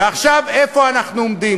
ועכשיו איפה אנחנו עומדים?